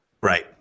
Right